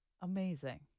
Amazing